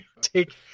take